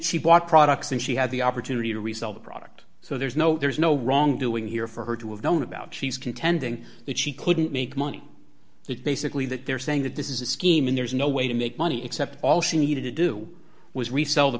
she bought products and she had the opportunity to resell the product so there's no there's no wrongdoing here for her to have known about she's contending that she couldn't make money so it's basically that they're saying that this is a scheme and there's no way to make money except all she needed to do was resell the